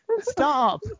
Stop